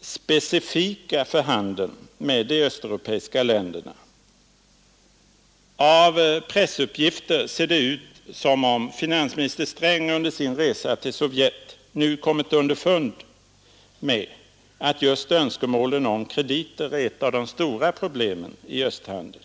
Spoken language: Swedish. specifika för handeln med de östeuropeiska länderna”. Av pressuppgifter ser det ut som om finansminister Sträng under sin resa till Sovjet nu kommit underfund med att just önskemålen om krediter är ett av de stora problemen i östhandeln.